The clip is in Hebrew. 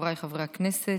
חבריי חברי הכנסת,